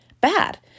bad